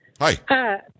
Hi